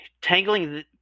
tangling